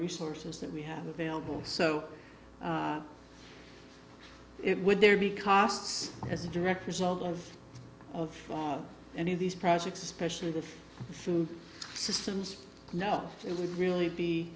resources that we have available so it would there be costs as a direct result of of any of these projects especially the food systems no it would really be